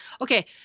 Okay